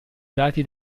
dati